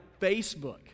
Facebook